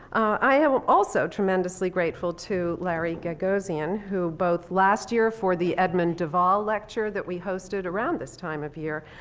i am also tremendously grateful to larry gagosian, who both last year for the edmund de waal lecture, that we hosted around this time of year,